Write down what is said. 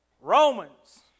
Romans